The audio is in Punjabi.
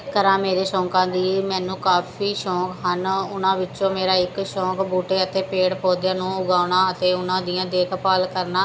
ਕਰਾਂ ਮੇਰੇ ਸ਼ੌਕ ਦੀ ਮੈਨੂੰ ਕਾਫ਼ੀ ਸ਼ੌਕ ਹਨ ਉਨ੍ਹਾਂ ਵਿੱਚੋਂ ਮੇਰਾ ਇੱਕ ਸ਼ੌਕ ਬੂਟੇ ਅਤੇ ਪੇੜ ਪੌਦਿਆਂ ਨੂੰ ਉਗਾਉਣਾ ਅਤੇ ਉਨ੍ਹਾਂ ਦੀ ਦੇਖਭਾਲ ਕਰਨਾ